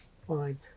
Fine